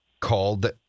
called